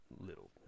little